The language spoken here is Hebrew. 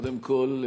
קודם כול,